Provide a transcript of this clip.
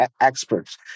experts